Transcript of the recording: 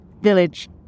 village